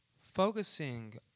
Focusing